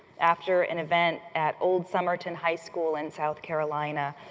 after an event at old summerton high school in south carolina,